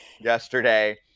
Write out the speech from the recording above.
yesterday